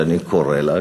כך אני קורא לה,